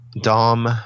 Dom